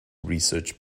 research